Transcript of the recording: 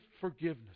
forgiveness